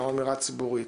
גם אמירה ציבורית: